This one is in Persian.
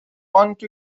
آنکه